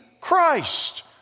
Christ